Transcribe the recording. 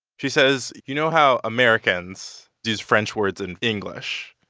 she says, you know how americans use french words in english,